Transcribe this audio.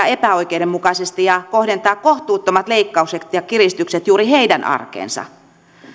epäoikeudenmukaisesti ja kohdentaa kohtuuttomat leikkaukset ja kiristykset juuri heidän arkeensa